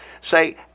say